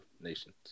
Nations